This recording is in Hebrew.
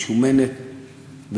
משומנת,